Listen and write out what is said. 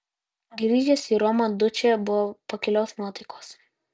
grįžęs į romą dučė buvo pakilios nuotaikos